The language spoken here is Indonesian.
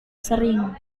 sering